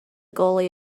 goalie